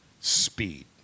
speed